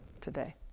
today